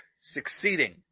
succeeding